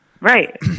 right